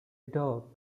dog